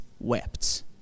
wept